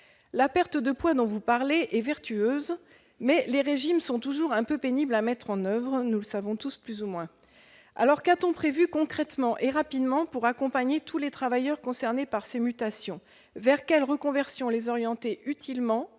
le secrétaire d'État, est vertueuse, mais les régimes sont toujours un peu pénibles à mettre en oeuvre, nous le savons tous plus ou moins ... Qu'a-t-on prévu concrètement et rapidement pour accompagner tous les travailleurs concernés par ces mutations ? Vers quelles reconversions les orienter utilement,